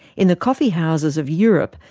in the coffee houses of europe,